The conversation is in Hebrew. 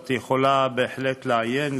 את בהחלט יכולה לעיין,